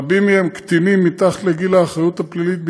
רבים מהם קטינים מתחת לגיל האחריות הפלילית בישראל.